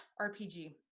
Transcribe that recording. RPG